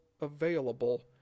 available